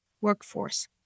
workforce